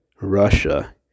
russia